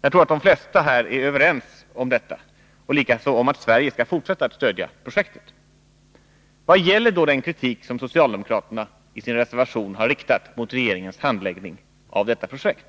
Jag tror att de flesta här är överens om detta, likaså om att Sverige skall fortsätta att stödja projektet. Vad gäller då den kritik som socialdemokraterna i sin reservation har riktat mot regeringens handläggning i fråga om detta projekt?